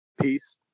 Peace